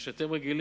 מה שאתם רגילים,